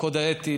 בקוד האתי,